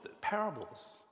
parables